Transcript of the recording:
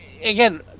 again